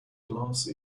glass